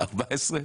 14?